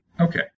Okay